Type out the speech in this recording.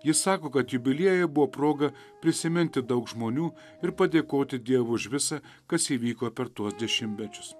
jis sako kad jubiliejai buvo proga prisiminti daug žmonių ir padėkoti dievui už visa kas įvyko per tuos dešimtmečius